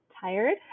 tired